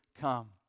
come